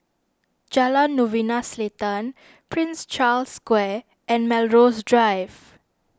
Jalan Novena Selatan Prince Charles Square and Melrose Drive